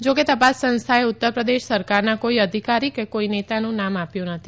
જાકે તપાસ સંસ્થાએ ઉત્તર પ્રદેશ સરકારના કોઈ અધિકારી કે કોઈ નેતાનું નામ આપ્યું નથી